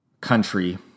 country